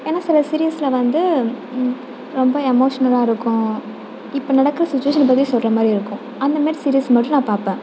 ஏன்னால் சில சீரியல்ஸ்சில் வந்து ரொம்ப எமோஷ்னலாக இருக்கும் இப்போ நடக்கிற சுச்சுவேஷனை பற்றி சொல்கிற மாதிரி இருக்கும் அந்த மாரி சீரிஸ் மட்டும் நான் பார்ப்பேன்